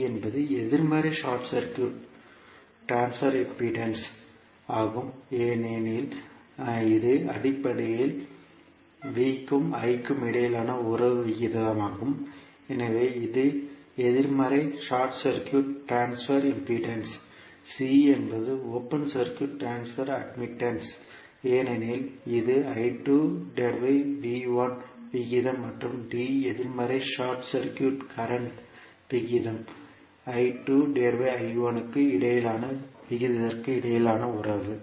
b என்பது எதிர்மறை short circuit transfer impedance ஆகும் ஏனெனில் இது அடிப்படையில் V க்கும் I க்கும் இடையிலான உறவு விகிதமாகும் எனவே இது எதிர்மறை short circuit transfer impedance c என்பது ஓபன் சர்க்யூட் ட்ரான்ஸ்பர் அட்மிட்டன்ஸ் ஏனெனில் இது விகிதம் மற்றும் d எதிர்மறை ஷார்ட் சர்க்யூட் கரண்ட் விகிதம் க்கு இடையிலான விகிதத்திற்கு இடையிலான உறவு